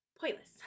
pointless